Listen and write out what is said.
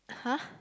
!huh!